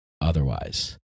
otherwise